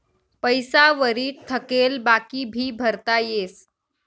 पैसा वरी थकेल बाकी भी भरता येस